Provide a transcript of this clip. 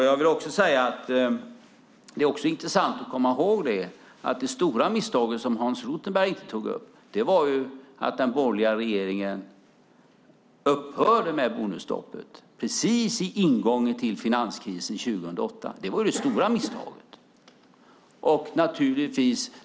Jag vill också säga att det är intressant att komma ihåg att det stora misstag som Hans Rothenberg inte tog upp var att den borgerliga regeringen upphörde med bonusstoppet precis vid ingången till finanskrisen 2008. Det var det stora misstaget.